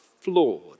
flawed